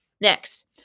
Next